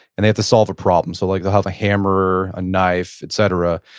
and they have to solve a problem. so like they'll have a hammer, a knife, et cetera,